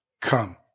come